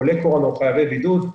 חולי קורונה או חייבי בידוד,